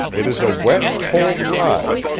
it is a wet, cold ride,